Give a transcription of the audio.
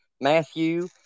Matthew